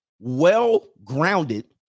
well-grounded